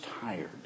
tired